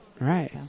Right